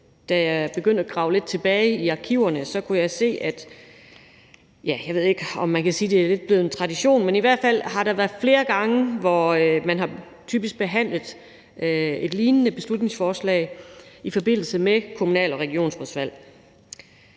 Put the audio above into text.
da jeg begyndte at grave lidt tilbage i arkiverne, kunne jeg se, at – ja, jeg ved ikke, om man kan sige, at det er lidt blevet en tradition, men i hvert fald har der været flere gange, hvor man typisk har behandlet et lignende beslutningsforslag i forbindelse med kommunal- og regionsrådsvalg.